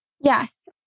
Yes